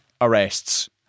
arrests